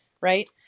right